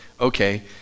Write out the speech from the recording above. Okay